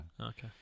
Okay